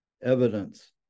evidence